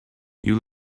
you